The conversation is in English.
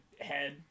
head